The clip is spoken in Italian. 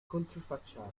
controfacciata